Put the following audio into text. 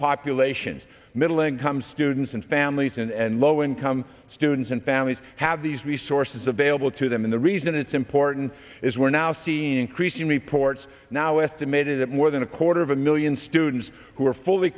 populations middle income students and families and low income students and families have these resources available to them in the reason it's important is we're now seeing increasing reports now estimated at more than a quarter of a million students who are fully